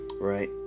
right